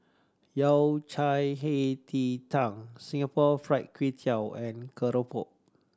Yao Cai Hei Ji Tang Singapore Fried Kway Tiao and keropok